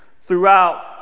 throughout